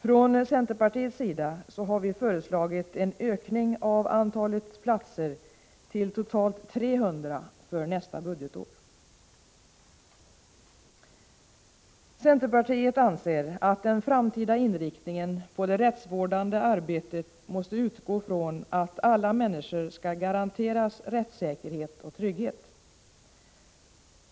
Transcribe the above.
Från centerpartiets sida har vi föreslagit en Centerpartiet anser att den framtida inriktningen på det rättsvårdande arbetet måste utgå ifrån att alla människor skall garanteras rättssäkerhet och trygghet.